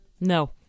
no